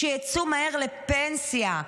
שיצאו מהר לפנסיה,